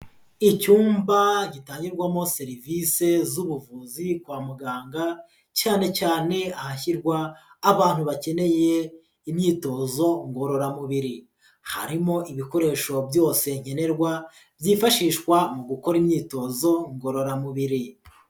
Icyumba gitangirwamo serivisi z'ubuvuzi kwa muganga, cyane cyane ahashyirwa abantu bakeneye imyitozo ngororamubiri. Harimo ibikoresho byose nkenerwa byifashishwa mu gukora imyitozo ngororamubiri.